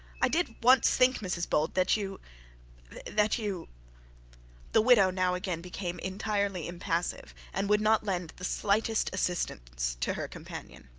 i did once think, mrs bold that you that you the widow now again became entirely impassive, and would not lend the slightest assistance to her companion.